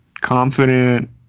confident